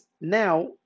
now